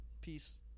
peace